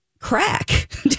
Crack